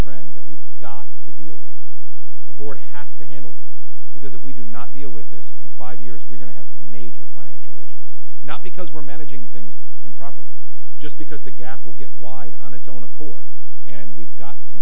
that we've got to deal with the board has to handle this because if we do not deal with this in five years we're going to have major financial issues not because we're managing things improperly just because the gap will get wide on its own accord and we've got t